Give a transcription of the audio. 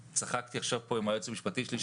צחקתי פה עכשיו עם היועץ המשפטי שלי,